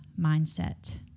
mindset